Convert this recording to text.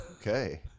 Okay